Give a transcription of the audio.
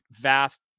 vast